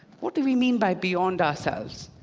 what do we mean by beyond ourselves?